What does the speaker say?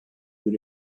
bir